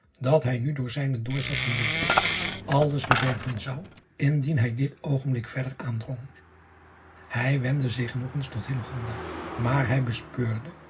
dat hij nu door zijne doorzettende drift alles bederven zou indien hij dit oogenblik verder aandrong ij wendde zich nog eens tot maar hij bespeurde